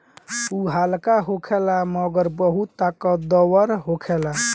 उ हल्का होखेला मगर बहुत ताकतवर होखेला